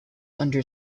under